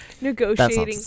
negotiating